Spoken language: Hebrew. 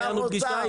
לשר האוצר,